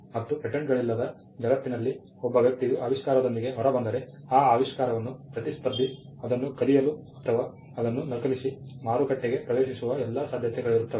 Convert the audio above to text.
ಮತ್ತು ಪೇಟೆಂಟ್ಗಳಿಲ್ಲದ ಜಗತ್ತಿನಲ್ಲಿ ಒಬ್ಬ ವ್ಯಕ್ತಿಯು ಆವಿಷ್ಕಾರದೊಂದಿಗೆ ಹೊರಬಂದರೆ ಆ ಆವಿಷ್ಕಾರವನ್ನು ಪ್ರತಿಸ್ಪರ್ಧಿ ಅದನ್ನು ಕದಿಯಲು ಅಥವಾ ಅದನ್ನು ನಕಲಿಸಿ ಮಾರುಕಟ್ಟೆಗೆ ಪ್ರವೇಶಿಸುವ ಎಲ್ಲ ಸಾಧ್ಯತೆಗಳಿರುತ್ತವೆ